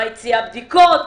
ביציאה בדיקות,